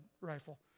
rifle